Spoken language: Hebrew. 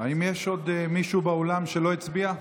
יש עוד מישהו באולם שלא הצביע?